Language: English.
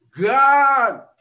God